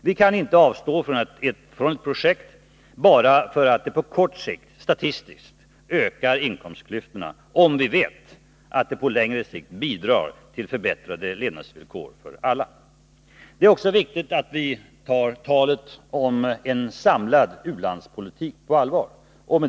Vi kan inte avstå från ett projekt bara därför att det på kort sikt statistiskt ökar inkomstklyftorna, om vi vet att det samtidigt på längre sikt bidrar till förbättrade levnadsvillkor för alla. Det är också viktigt att vi tar talet om en samlad u-landspolitik på allvar.